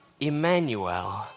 Emmanuel